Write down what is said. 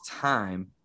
time